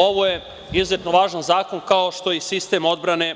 Ovo je izuzetno važan zakon kao što je i sistem odbrane